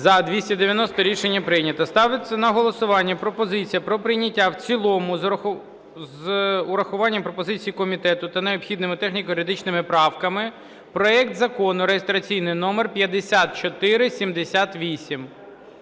За-290 Рішення прийнято. Ставиться на голосування пропозиція про прийняття в цілому, з урахуванням пропозицій комітету та необхідними техніко-юридичними правками, проект закону (реєстраційний номер 5478).